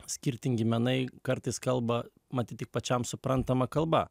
skirtingi menai kartais kalba matyt tik pačiam suprantama kalba